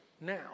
now